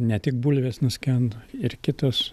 ne tik bulvės nuskendo ir kitos